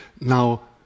Now